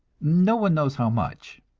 no one knows how much.